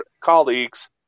colleagues